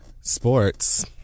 sports